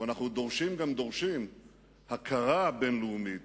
אבל אנחנו דורשים גם דורשים הכרה בין-לאומית